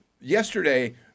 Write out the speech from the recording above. Yesterday